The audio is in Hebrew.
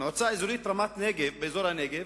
מועצה אזורית רמת-נגב באזור הנגב,